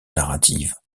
narrative